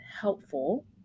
helpful